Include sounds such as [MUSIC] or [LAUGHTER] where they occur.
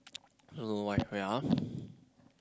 I also don't know why wait ah [BREATH]